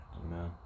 Amen